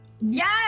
Yes